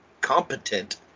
competent